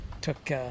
Took